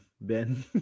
Ben